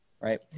right